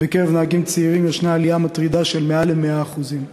בקרב נהגים צעירים יש עלייה מטרידה של מעל ל-100%.